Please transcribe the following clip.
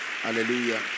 Hallelujah